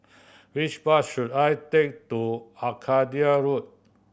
which bus should I take to Arcadia Road